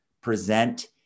present